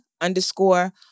underscore